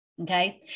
okay